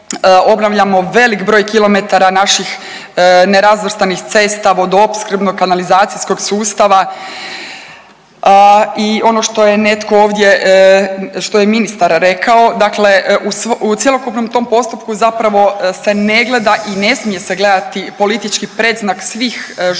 Obnavljamo velik broj kilometara naših nerazvrstanih cesta, vodoopskrbnog, kanalizacijskog sustava i ono što je netko ovdje, što je ministar rekao. Dakle, u cjelokupnom tom postupku zapravo se ne gleda i ne smije se gledati politički predznak svih župana